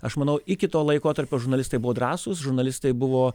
aš manau iki to laikotarpio žurnalistai buvo drąsūs žurnalistai buvo